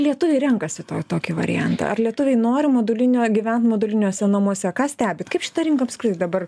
lietuviai renkasi to tokį variantą ar lietuviai nori modulinio gyvent moduliniuose namuose ką stebit kaip šita rinka apskritai dabar